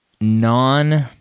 non